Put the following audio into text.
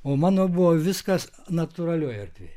o mano buvo viskas natūralioj erdvėj